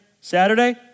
Saturday